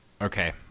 Okay